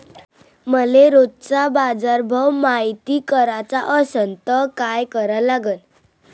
मले रोजचा बाजारभव मायती कराचा असन त काय करा लागन?